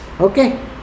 Okay